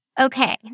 Okay